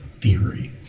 theory